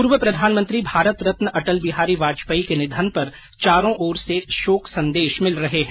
पूर्व प्रधानमंत्री भारत रत्न अटल बिहारी वाजपेयी के निधन पर चारों ओर से शोक संदेश मिले हैं